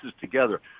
together